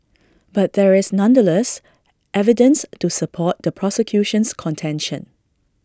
but there is nonetheless evidence to support the prosecution's contention